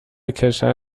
کشور